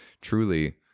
truly